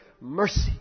mercy